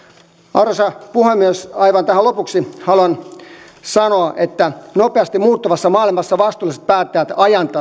arvoisa puhemies aivan tähän lopuksi haluan sanoa että nopeasti muuttuvassa maailmassa vastuulliset päättäjät